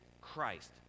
Christ